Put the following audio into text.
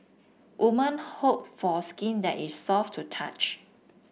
woman hope for skin that is soft to touch